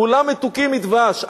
כולם מתוקים מדבש,